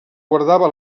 guardava